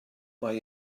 mae